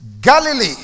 Galilee